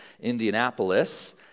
Indianapolis